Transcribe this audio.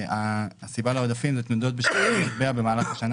הסיבה לעודפים זה תנודות בשערי המטבע במהלך השנה